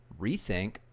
rethink